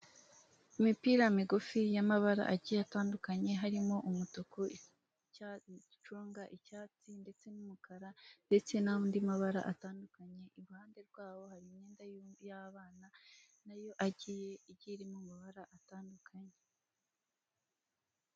Uyu ni muhanda munini wo mu bwoko bwa kaburimbo usizemo amabara y'umukara ndetse n'uturongo tw'umweru haranyuramo ibinyabiziga bigiye bitandukanye, iruhande rwaho hari ibiti byiza by'icyatsi ubona bitanga umuyaga.